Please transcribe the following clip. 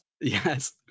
Yes